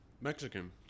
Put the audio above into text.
Mexican